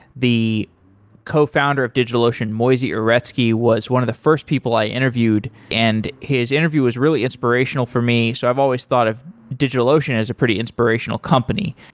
the co-founder of digital ocean moisey uretsky was one of the first people i interviewed and his interview was really inspirational for me, so i've always thought of digitalocean as a pretty inspirational company.